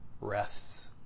rests